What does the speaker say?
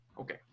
Okay